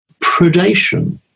predation